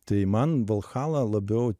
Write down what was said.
tai man valhala labiau